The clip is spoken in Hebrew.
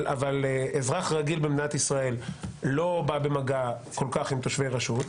אזרח רגיל במדינת ישראל לא בא במגע כל כך עם תושבי רשות,